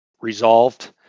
resolved